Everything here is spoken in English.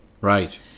Right